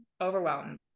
overwhelmed